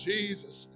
Jesus